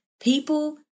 people